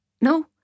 No